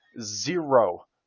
zero